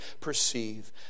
perceive